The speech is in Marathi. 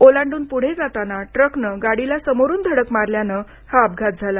ओलांडून पुढे जाताना ट्रकनं गाडीला समोरून धडक मारल्यानं हा अपघात झाला